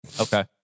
Okay